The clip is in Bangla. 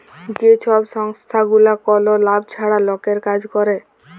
যে ছব সংস্থাগুলা কল লাভ ছাড়া লকের কাজ ক্যরে